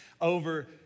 over